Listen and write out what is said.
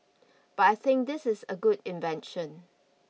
but I think this is a good invention